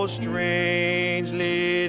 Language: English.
strangely